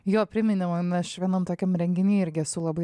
jo priminė man aš vienam tokiam renginy irgi esu labai